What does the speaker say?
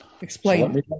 Explain